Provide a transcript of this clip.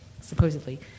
supposedly